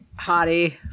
Hottie